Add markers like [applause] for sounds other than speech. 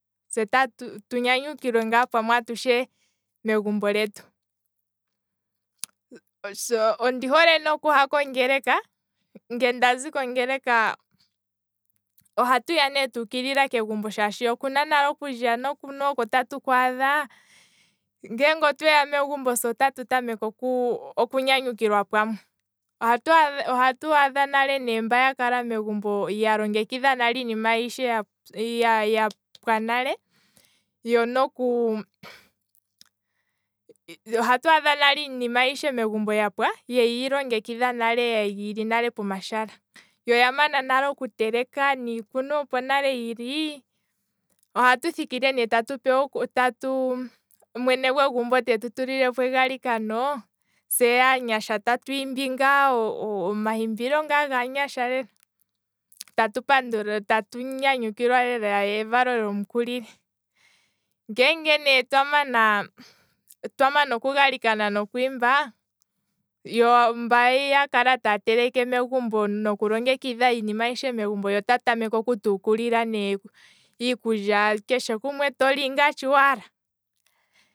Se tatu, tu nyanyukilwe ngaa pamwe atushe megumbo letu, ondi hole ne okuha kongeleka, nge ndazi kongeleka ohatu ya ngaa tuukilila kegumbo shaashi okulya nokunwa oko tatu kwaadha, ngeenge otweya megumbo se otatu tameke okunyanyukilwa pamwe, ohatu ohatu adha nale mba ya kalamegumbo ya longekidha nale iinima ayishe ya- ya- ya pwa, yo noku [noise] ohatu adha nale iinima ayishe megumbo yapwa nale yeyi longekidha yili nale pomashala, yo oyamana nale oku teleka niikunwa opo nale yili, ohatu thikile ne tatu pewa, tatu mwene gwegumbo tetu tulileko egalikano, se aanyasha tati imbi ngaa omahimbilo gaanyasha lela, tatu apndula, tatu nyanyukilwa lela evalo lomukulili, ngeenge ne twamana oku galikana nokwiimba, yo mba yakala taya teleke noku longekidha iinima ayishe megumbo otaya tameke oku tu hukulila ne iikulya keshe gumwe toli ngaa shi waala